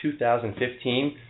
2015